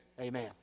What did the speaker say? amen